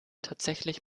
tatsächlich